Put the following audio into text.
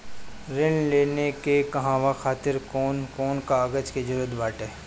ऋण लेने के कहवा खातिर कौन कोन कागज के जररूत बाटे?